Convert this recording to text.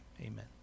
amen